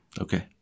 Okay